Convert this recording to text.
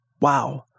Wow